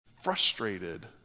frustrated